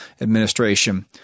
administration